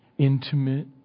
Intimate